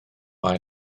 ail